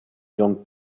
john